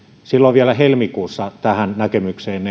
silloin vielä helmikuussa tähän näkemykseen